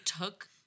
took